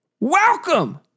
Welcome